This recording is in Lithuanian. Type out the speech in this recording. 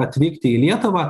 atvykti į lietuvą